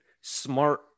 smart